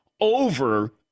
over